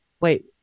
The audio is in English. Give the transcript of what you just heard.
wait